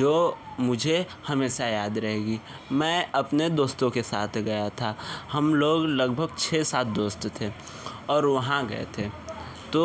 जो मुझे हमेशा याद रहेगी मैं अपने दोस्तों के साथ गया था हम लोग लगभग छः सात दोस्त थे और वहाँ गए थे तो